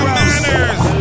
manners